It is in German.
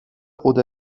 oder